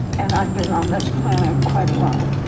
and i've been on this planet quite a while.